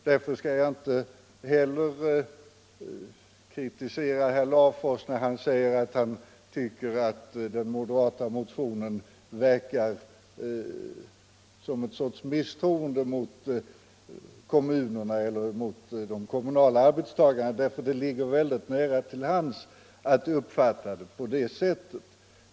Därför skall jag inte heller kritisera herr Larfors när han säger att han tycker att den moderata motionen verkar som ett sorts misstroende mot kommunerna eller mot de kommunala arbetstagarna, för det ligger väldigt nära till hands att uppfatta den på det sättet.